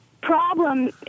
problem